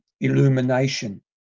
illumination